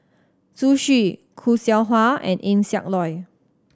Zhu Xu Khoo Seow Hwa and Eng Siak Loy